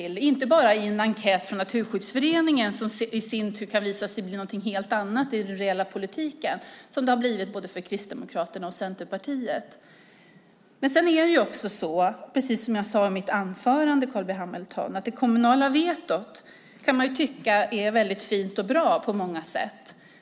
Det gäller inte bara svaren på en enkät från Naturskyddsföreningen som kan visa sig bli något helt annat i den reella politiken, vilket det har blivit både för Kristdemokraterna och för Centerpartiet. Sedan är det också så, Carl B Hamilton, precis som jag sade i mitt anförande, att man kan tycka att det kommunala vetot är väldigt fint och bra på många sätt.